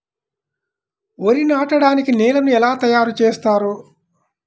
వరి నాటడానికి నేలను ఎలా తయారు చేస్తారు?